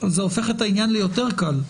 זה הופך את העניין ליותר קל.